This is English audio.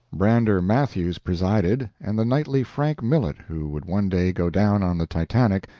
brander matthews presided, and the knightly frank millet, who would one day go down on the titanic,